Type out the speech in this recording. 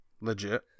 Legit